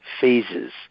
phases